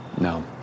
No